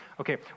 Okay